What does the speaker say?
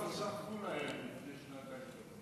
כבר שרפו להם לפני שנתיים-שלוש.